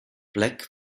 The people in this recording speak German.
black